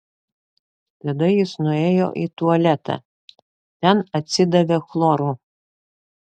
tada jis nuėjo į tualetą ten atsidavė chloru